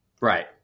Right